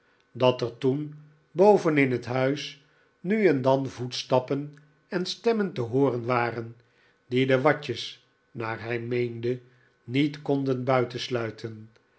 dat er toen boven in het huis nu en dan voetstappen en stemmen te hooren waren die de watjes naar hij meende niet konden